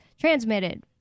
transmitted